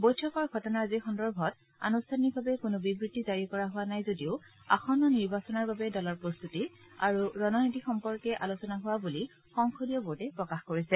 বৈঠকৰ ঘটনাৰাজি সন্দৰ্ভত আনুষ্ঠানিকভাৱে কোনো বিবৃতি জাৰি কৰা হোৱা নাই যদিও আসন্ন নিৰ্বাচনৰ বাবে দলৰ প্ৰস্তুতি আৰু ৰণনীতি সম্পৰ্কে আলোচনা হোৱা বুলি সংসদীয় বৰ্ডে প্ৰকাশ কৰিছে